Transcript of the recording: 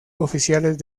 oficiales